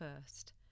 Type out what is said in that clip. first